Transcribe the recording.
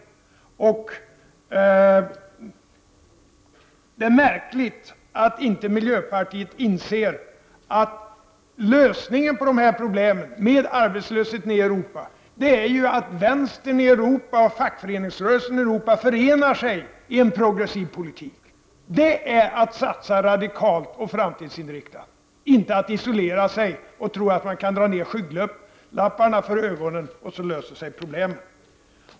31 Det är märkligt att inte miljöpartiet inser att lösningen på problemet med arbetslösheten i Europa är att vänstern i Europa och fackföreningsrörelsen i Europa förenar sig i en progressiv politik. Det är att satsa radikalt och framtidsinriktat, inte att isolera sig och tro att bara man drar ner skygglapparna för ögonen så löser sig problemen.